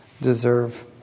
deserve